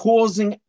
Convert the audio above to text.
Causing